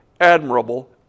admirable